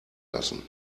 lassen